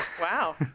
wow